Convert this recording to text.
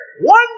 one